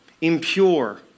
impure